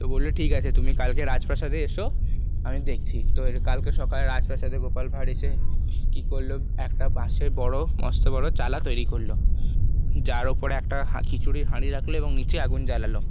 তো বললো ঠিক আছে তুমি কালকে রাজপ্রাসাদে এসো আমি দেখছি তো কালকে সকালে রাজপ্রাসাদে গোপাল ভাঁড় এসে কী করলো একটা বাঁশের বড়ো মস্ত বড়ো চালা তৈরি করলো যার ওপরে একটা খিচুড়ির হাঁড়ি রাখলো এবং নীচে আগুন জ্বালালো